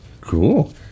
Cool